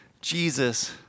Jesus